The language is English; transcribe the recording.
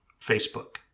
Facebook